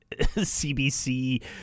CBC